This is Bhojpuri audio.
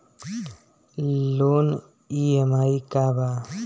लोन ई.एम.आई का बा?